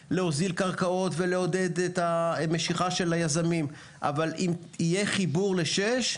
כמו הוזלת קרקעות ולעודד משיכת יזמים אבל אם יהיה חיבור לכביש 6,